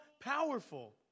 powerful